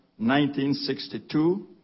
1962